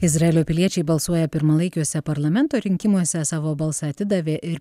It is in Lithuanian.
izraelio piliečiai balsuoja pirmalaikiuose parlamento rinkimuose savo balsą atidavė ir